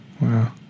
Wow